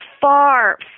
far